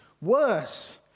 Worse